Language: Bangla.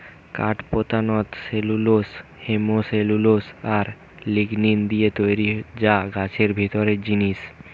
কাঠ পোধানত সেলুলোস, হেমিসেলুলোস আর লিগনিন দিয়ে তৈরি যা গাছের ভিতরের জিনিস